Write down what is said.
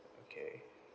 okay